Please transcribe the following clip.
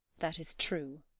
that is true.